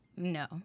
No